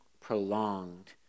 prolonged